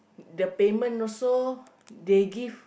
the payment also they give